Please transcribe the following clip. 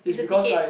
is a ticket